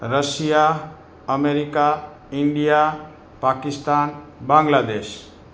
Russia America India Pakistan Bangladesh